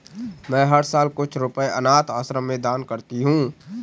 मैं हर साल कुछ रुपए अनाथ आश्रम में दान करती हूँ